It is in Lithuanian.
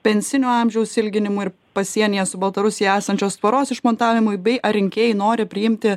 pensinio amžiaus ilginimui ir pasienyje su baltarusija esančios tvoros išmontavimui bei ar rinkėjai nori priimti